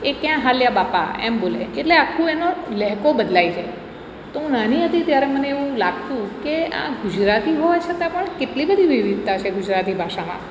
એ ક્યાં હાલ્યા બાપા એમ બોલે એટલે આખું એનો લહેકો બદલાઈ જાય તો હું નાની હતી ત્યારે મને એવું લાગતું કે આ ગુજરાતી હોવા છતાં પણ કેટલી બધી વિવિધતા છે ગુજરાતી ભાષામાં